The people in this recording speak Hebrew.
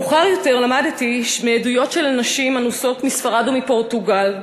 מאוחר יותר למדתי מעדויות של נשים אנוסות מספרד ומפורטוגל,